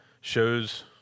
shows